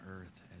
earth